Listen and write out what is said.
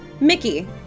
Mickey